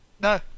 No